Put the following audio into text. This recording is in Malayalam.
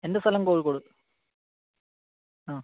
എന്റെ സ്ഥലം കോഴിക്കോട് ആ